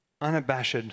Unabashed